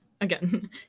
again